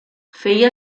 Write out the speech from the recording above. feia